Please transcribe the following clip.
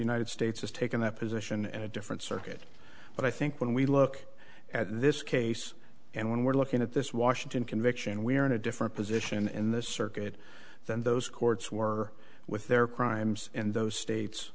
united states has taken that position at a different circuit but i think when we look at this case and when we're looking at this washington conviction we are in a different position in this circuit than those courts were with their crimes in those states